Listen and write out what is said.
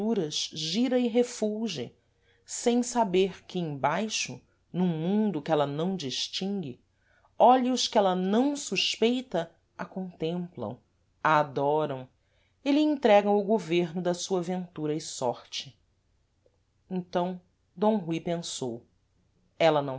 alturas gira e refulge sem saber que em baixo num mundo que ela não distingue olhos que ela não suspeita a contemplam a adoram e lhe entregam o govêrno da sua ventura e sorte então d rui pensou ela